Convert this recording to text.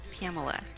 Pamela